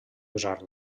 usar